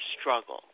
struggle